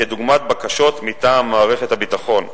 כדוגמת בקשות מטעם מערכת הביטחון.